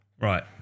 Right